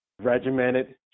regimented